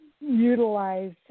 utilize